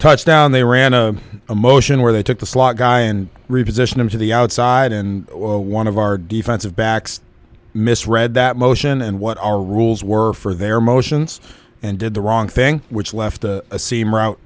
touchdown they ran to a motion where they took the slot guy and reposition him to the outside and one of our defensive backs misread that motion and what our rules were for their motions and did the wrong thing which left a seam route